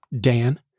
Dan